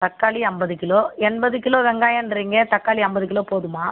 தக்காளி ஐம்பது கிலோ எண்பது கிலோ வெங்காயன்றிங்க தக்காளி ஐம்பது கிலோ போதுமா